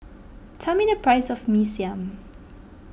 tell me the price of Mee Siam